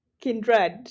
Kindred